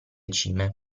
cime